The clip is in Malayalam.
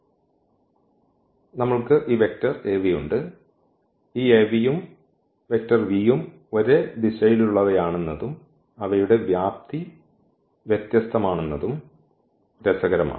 നമ്മൾക്ക് ഈ വെക്റ്റർ Av ഉണ്ട് ഈ Av യും v യും ഒരേ ദിശയിലുള്ളവയാണെന്നതും അവയുടെ വ്യാപ്തി വ്യത്യസ്തമാണെന്നതും രസകരമാണ്